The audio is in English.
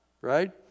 Right